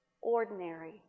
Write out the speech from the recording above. ordinary